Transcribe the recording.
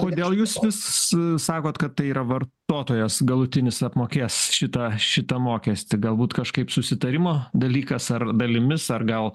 kodėl jūs vis sakot kad tai yra vartotojas galutinis apmokės šitą šitą mokestį galbūt kažkaip susitarimo dalykas ar dalimis ar gal